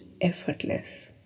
effortless